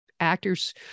Actors